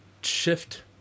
shift